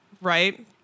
right